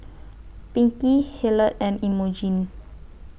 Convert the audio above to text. Pinkie Hilliard and Imogene